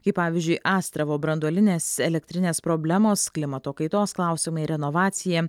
kaip pavyzdžiui astravo branduolinės elektrinės problemos klimato kaitos klausimai renovacija